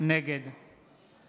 נגד